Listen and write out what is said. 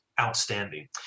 outstanding